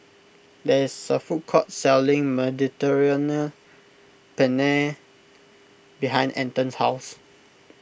there is a food court selling Mediterranean Penne behind Anton's house